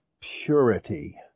purity